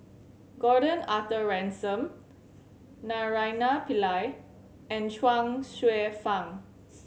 Gordon Arthur Ransome Naraina Pillai and Chuang Hsueh Fang